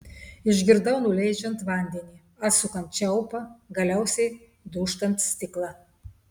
išgirdau nuleidžiant vandenį atsukant čiaupą galiausiai dūžtant stiklą